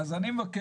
אין.